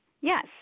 Yes